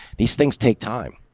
these things take time.